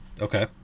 Okay